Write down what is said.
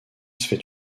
fait